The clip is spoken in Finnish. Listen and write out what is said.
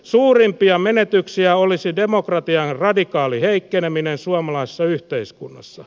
suurimpia menetyksiä olisi demokratian radikaali heikkeneminen suomalaisessa yhteiskunnassa